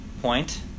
point